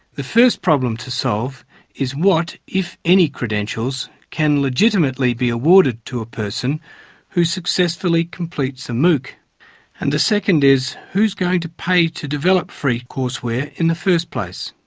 first problem to solve is what, if any, credentials can legitimately be awarded to a person who successfully completes a mooc and the second is who's going to pay to develop free courseware in the first place?